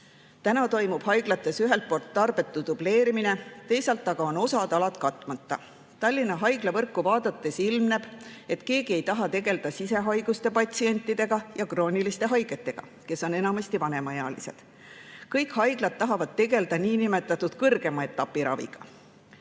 Täna toimub haiglates ühelt poolt tarbetu dubleerimine, teisalt aga on osa alasid katmata. Tallinna haiglavõrku vaadates ilmneb, et keegi ei taha tegeleda sisehaiguste patsientidega ja krooniliste haigetega, kes on enamasti vanemaealised. Kõik haiglad tahavad tegeleda niinimetatud kõrgema etapi raviga,